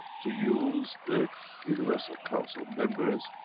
to use the universal council members,